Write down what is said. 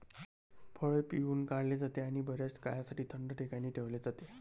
फळ पिळून काढले जाते आणि बर्याच काळासाठी थंड ठिकाणी ठेवले जाते